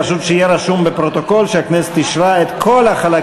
אני קובע כי מליאת הכנסת אישרה את החלטות